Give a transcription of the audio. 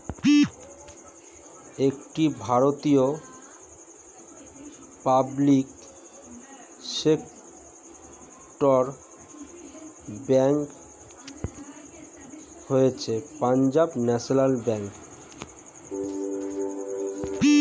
একটি ভারতীয় public sector bank হচ্ছে পাঞ্জাব ন্যাশনাল ব্যাঙ্ক